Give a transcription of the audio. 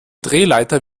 drehleiter